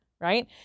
Right